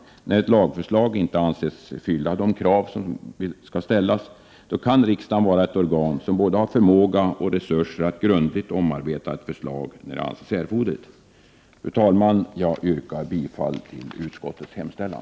1988/89:111 regeringsförslag inte uppfyller de krav som ställs — kan vara ett organ som har 10 maj 1989 både förmåga och resurser att grundligt omarbeta ett lagförslag när det É 5 S g g BARVESTaNAR Skydd för företagserforderligt. - i , ä k hemligheter Fru talman! Jag yrkar bifall till utskottets hemställan.